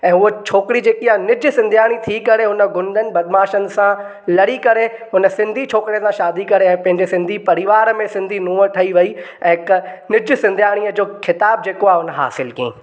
ऐं हुअ छोकिरी जेकी आहे निजु सिंध्याणी थी करे हुन गुंडनि बदमाशनि सां लड़ी करे हुन सिंधी छोकिरे सां शादी करे पंहिंजे सिंधी परिवार में सिंधी नूंहं ठही वई ऐं हिकु निजु सिंध्याणीअ जो ख़िताबु जेको आहे हुन हासिलु कयईं